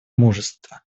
мужество